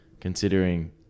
considering